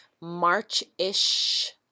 March-ish